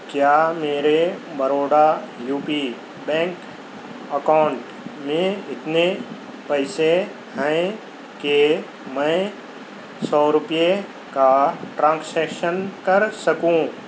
کیا میرے Baroda UP bank account میں اتنے پیسے ہیں کہ میں سو روپئے کا ٹرانکشیکشن کر سکوں